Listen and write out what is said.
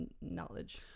knowledge